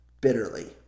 bitterly